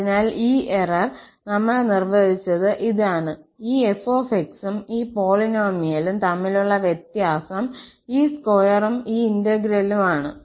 അതിനാൽ ഈ എറർ നമ്മൾ നിർവചിച്ചത് ഇതാണ് ഈ f 𝑥 ഉം ഈ പോളിനോമിയലും തമ്മിലുള്ള വ്യത്യാസം ഈ സ്ക്വയറും ഈ ഇന്റെഗ്രേലും ആണ്